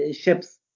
ships